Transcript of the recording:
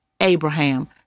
Abraham